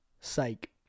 Psych